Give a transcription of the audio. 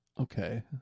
Okay